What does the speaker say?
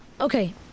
Okay